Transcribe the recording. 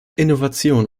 innovation